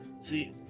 See